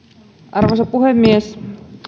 arvoisa puhemies